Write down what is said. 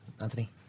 Anthony